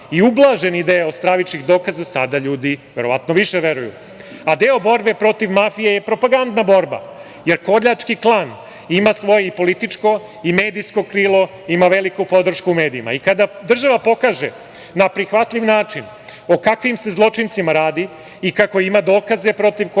i ublaženi deo stravičnih dokaza, sada ljudi, verovatno, više veruju.A deo borbe protiv mafije je propagandna borba, jer koljački klan ima svoje i političko i medijsko krilo, ima veliku podršku u medijima. I kada država pokaže na prihvatljiv način o kakvim se zločincima radi i kako ima dokaze protiv koljača,